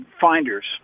Finders